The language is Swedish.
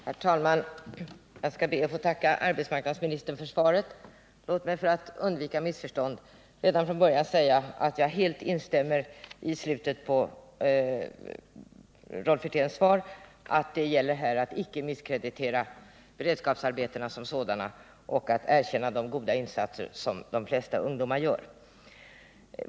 Herr talman! Jag ber att få tacka arbetsmarknadsministern för svaret. Låt mig för att undvika missförstånd redan från början säga att jag helt instämmer med slutet av Rolf Wirténs svar, att det gäller att icke misskreditera beredskapsarbetarna som sådana. Vi erkänner de goda insatser som de flesta ungdomar gör här.